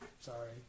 Sorry